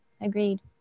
Agreed